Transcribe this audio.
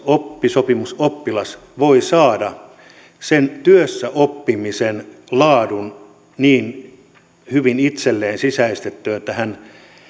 oppisopimusoppilas voi saada sen työssäoppimisen laadun niin hyvin itselleen sisäistettyä että hän